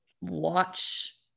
watch